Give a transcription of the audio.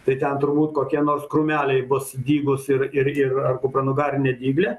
tai ten turbūt kokie nors krūmeliai bus dygūs ir ir ir ar kupranugarinė dyglė